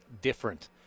different